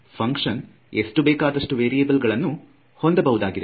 function ಎಷ್ಟು ಬೇಕಾದಷ್ಟು variable ಗಳನ್ನು ಹೊಂದಬಹುದಾಗಿದೆ